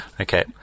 Okay